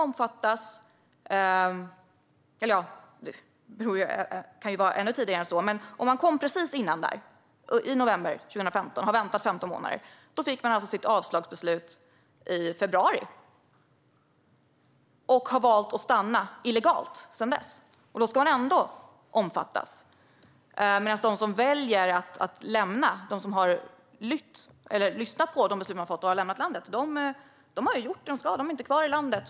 Om man kom precis före det, i november 2015, och har väntat i 15 månader fick man alltså sitt beslut om avslag i februari och har valt att stanna illegalt sedan dess. Men man ska ändå omfattas. De som däremot har lyssnat på det beslut de har fått och lämnat landet har gjort det de ska. De är inte kvar.